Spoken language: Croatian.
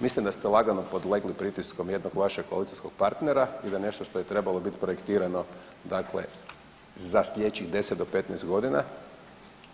Mislim da ste lagano podlegli pritisku jednog vašeg koalicijskog partnera i da nešto što je trebalo biti projektirano dakle za slijedećih 10 do 15 godina